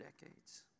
decades